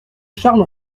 charles